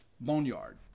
Boneyard